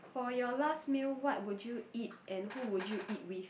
for your last meal what would you eat and who would you eat with